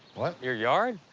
what? your yard?